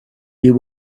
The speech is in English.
you